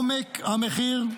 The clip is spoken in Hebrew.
גובה המחיר,